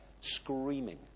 screaming